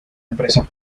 empresas